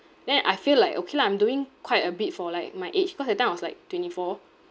then I feel like okay lah I'm doing quite a bit for like my age cause that time I was like twenty four